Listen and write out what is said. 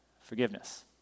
forgiveness